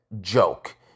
joke